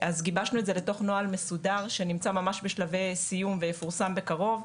אז גיבשנו את זה לתוך נוהל מסודר שנמצא ממש בשלבי סיום ויפורסם בקרוב,